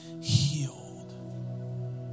healed